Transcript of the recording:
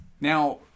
Now